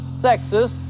sexist